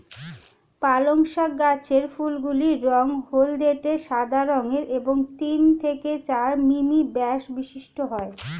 পালং শাক গাছের ফুলগুলি রঙ হলদেটে সাদা রঙের এবং তিন থেকে চার মিমি ব্যাস বিশিষ্ট হয়